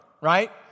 right